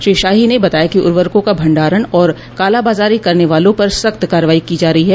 श्री शाही ने बताया कि उर्वरकों का भंडारन और कालाबाजारी करने वालों पर सख्त कार्रवाई की जा रही है